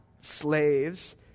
slaves